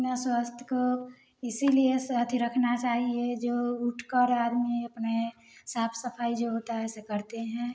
अपना स्वास्थ्य को इसीलिए साथ ही रखना चाहिए उठकर आदमी अपने साफ सफाई जो होता है ऐसे करते हैं